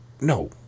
no